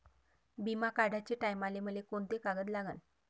बिमा काढाचे टायमाले मले कोंते कागद लागन?